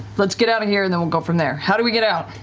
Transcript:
let's get outta here and then we'll go from there. how do we get out?